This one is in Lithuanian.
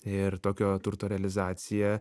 ir tokio turto realizacija